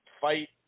fight